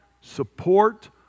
support